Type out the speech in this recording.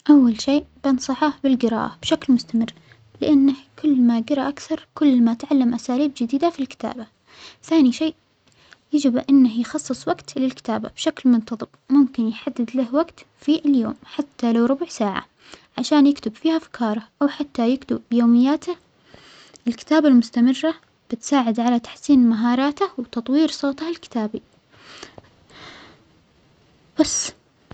أول شيء بنصحه بالجراءة بشكل مستمر، لأنه كل ما جرى أكثر كل ما تعلم أساليب جديدة في الكتابة، ثانى شيء يجب أنه يخصص وجت للكتابة بشكل منتظم ممكن يجدد له وجت في اليوم حتى لو ربع ساعة عشان يكتب فيها أفكاره أو حتى يكتب يومياته، الكتابة المستمرة بتساعد على تحسين مهاراته وتطوير صوته الكتابى، وبس.